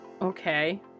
Okay